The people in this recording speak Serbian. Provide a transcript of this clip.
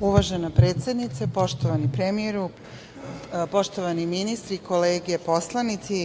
Uvažena predsednice, poštovani premijeru, poštovani ministri, kolege poslanici,